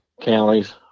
counties